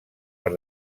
per